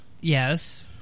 Yes